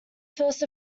first